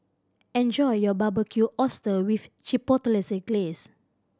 enjoy your Barbecued Oyster with Chipotle Glaze